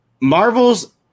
Marvel's